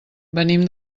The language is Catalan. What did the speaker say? venim